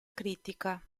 critica